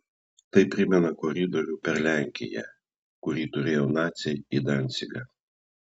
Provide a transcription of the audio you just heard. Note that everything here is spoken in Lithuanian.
tai primena koridorių per lenkiją kurį turėjo naciai į dancigą